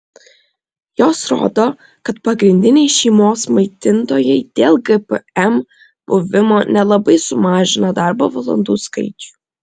jos rodo kad pagrindiniai šeimos maitintojai dėl gpm buvimo nelabai sumažina darbo valandų skaičių